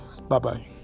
Bye-bye